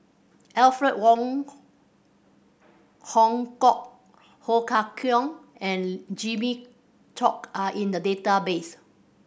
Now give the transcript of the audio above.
Alfred Wong Hong Kwok Ho Kah Leong and Jimmy Chok are in the database